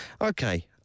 Okay